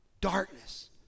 darkness